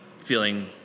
feeling